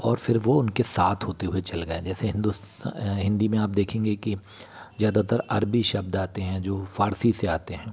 और फिर वह उनके साथ होते हुए चल गए जैसे हिन्दुस हिन्दी में आप देखेंगे कि ज़्यादातर अरबी शब्द आते हैं जो फ़ारसी से आते हैं